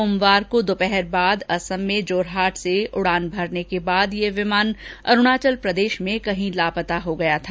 सोमवार को दोपहर बाद असम में जोरहाट से उड़ान भरने के बाद यह विमान अरूणाचल प्रदेश में कहीं लापता हो गया था